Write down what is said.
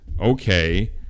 Okay